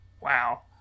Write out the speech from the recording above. Wow